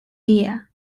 year